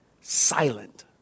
silent